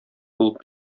булып